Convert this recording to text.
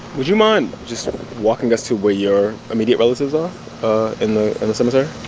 would you mind just walking us to where your immediate relatives are in the cemetery?